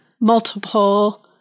multiple